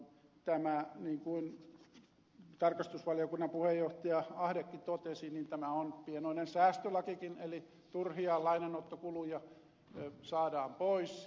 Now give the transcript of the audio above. tämä niin kuin tarkastusvaliokunnan puheenjohtaja ahdekin totesi on pienoinen säästölakikin eli turhia lainanottokuluja saadaan pois